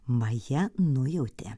maja nujautė